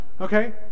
okay